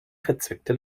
verzwickte